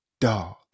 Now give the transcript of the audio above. dog